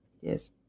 yes